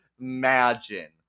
Imagine